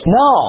no